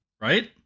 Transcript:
Right